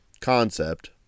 concept